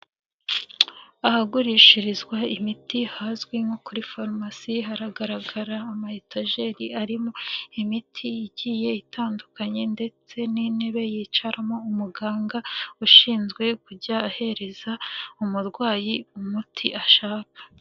Ahagurishirizwa imiti hazwi nko kuri farumasi haragaragara amayetajeri arimo imiti igiye itandukanye ndetse n'intebe yicaramo umuganga ushinzwe kujya ahereza umurwayi umuti ashaka.